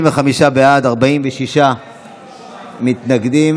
35 בעד, 46 מתנגדים.